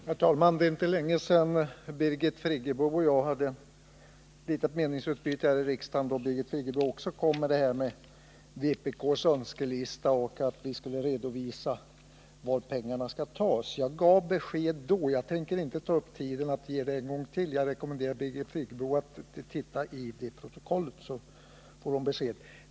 Herr talman! Det är inte länge sedan Birgit Friggebo och jag hade ett litet meningsutbyte här i riksdagen. Då talade Birgit Friggebo också om vpk:s önskelista och sade att vi skulle redovisa var pengarna skulle tas. Jag gav besked då, och jag tänker inte ta upp tid med att göra det en gång till. Jag rekommenderar Birgit Friggebo att titta i det protokollet så får hon besked.